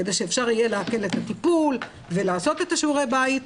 כדי שאפשר יהיה להקל את הטיפול ולעשות את שיעורי הבית,